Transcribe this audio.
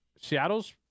Seattle's